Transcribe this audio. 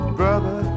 brother